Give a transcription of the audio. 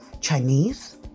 Chinese